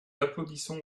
applaudissons